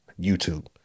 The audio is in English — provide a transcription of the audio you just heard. YouTube